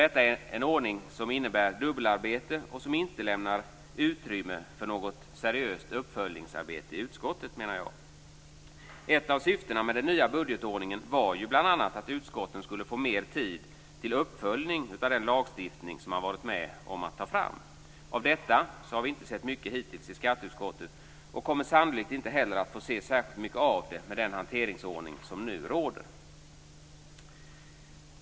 Detta är en ordning som innebär dubbelarbete och som inte lämnar utrymme för något seriöst uppföljningsarbete i utskottet, menar jag. Ett av syftena med den nya budgetordningen var ju bl.a. att utskotten skulle få mer tid till uppföljning av den lagstiftning som man varit med om att ta fram. Av detta har vi inte sett mycket hittills i skatteutskottet, och vi kommer sannolikt inte heller att få se särskilt mycket av det med den hanteringsordning som nu råder.